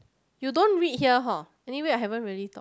you don't read here hor anyway I haven't really talk